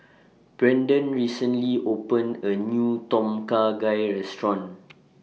Brandon recently opened A New Tom Kha Gai Restaurant